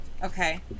Okay